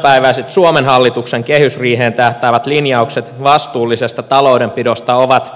tämänpäiväiset suomen hallituksen kehysriiheen tähtäävät linjaukset vastuullisesta taloudenpidosta ovat